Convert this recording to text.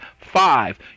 five